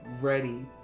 ready